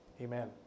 amen